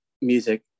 music